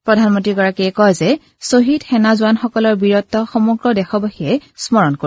প্ৰধানমন্ত্ৰীগৰাকীয়ে কয় যে ছহিদ সেনা জোৱানসকলৰ বীৰত্ব সমগ্ৰ দেশবাসীয়ে স্মৰণ কৰিব